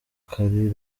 kuri